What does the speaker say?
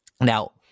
Now